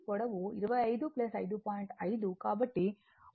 5 కాబట్టి 30